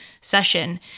session